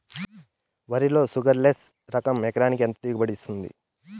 వరి లో sugarless less రకం ఎకరాకి ఎంత దిగుబడినిస్తుంది